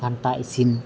ᱜᱷᱟᱱᱴᱟ ᱤᱥᱤᱱ